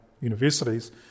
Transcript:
universities